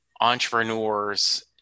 entrepreneurs